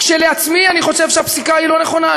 כשלעצמי, אני חושב שהפסיקה לא נכונה.